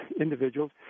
individuals